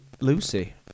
Lucy